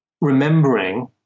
remembering